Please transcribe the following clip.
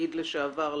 הנגיד לשעבר,